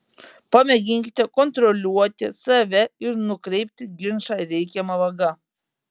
pamėginkite kontroliuoti save ir nukreipti ginčą reikiama vaga